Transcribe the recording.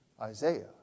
Isaiah